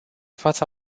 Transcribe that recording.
fața